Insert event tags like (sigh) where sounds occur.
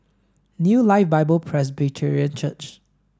New Life Bible (unintelligible) Church